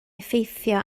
effeithio